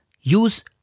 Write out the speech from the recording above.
use